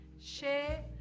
share